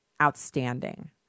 outstanding